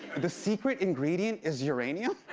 the secret ingredient is uranium?